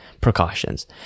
precautions